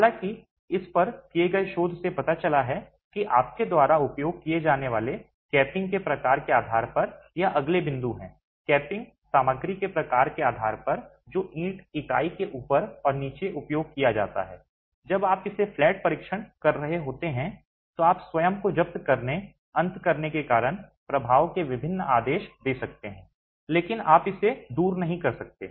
हालांकि इस पर किए गए शोध से पता चला है कि आपके द्वारा उपयोग किए जाने वाले कैपिंग के प्रकार के आधार पर यह अगले बिंदु है कैपिंग सामग्री के प्रकार के आधार पर जो ईंट इकाई के ऊपर और नीचे उपयोग किया जाता है जब आप इसे फ्लैट परीक्षण कर रहे होते हैं तो आप स्वयं को जब्त करने अंत करने के कारण प्रभाव के विभिन्न आदेश दे सकते हैं लेकिन आप इसे दूर नहीं कर सकते